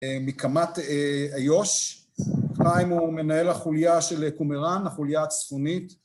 מקמ״ט איו״ש, חיים הוא מנהל החוליה של קומראן, החוליה הצפונית